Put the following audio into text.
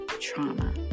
trauma